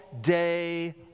day